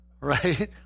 Right